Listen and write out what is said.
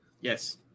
yes